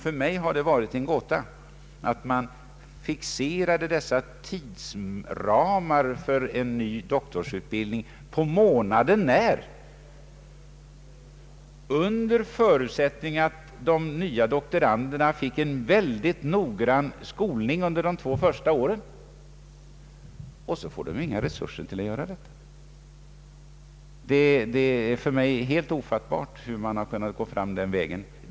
För mig har det varit en gåta att man kunnat fixera tidsramarna väsendet för en ny doktorsutbildning på månaderna när, under förutsättning att de nya doktoranderna fick en ytterst noggrann skolning under de två första åren. Och så finns det inga resurser härför! Det är för mig helt ofattbart hur man kunnat gå fram den vägen.